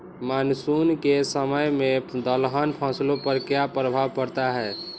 Monsoon के समय में दलहन फसलो पर क्या प्रभाव पड़ता हैँ?